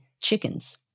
chickens